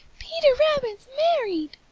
peter rabbit's married!